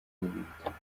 n’ibitabo